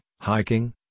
hiking